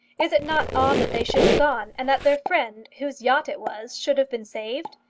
is it not odd that they should have gone, and that their friend, whose yacht it was, should have been saved?